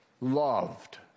loved